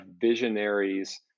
visionaries